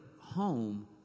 home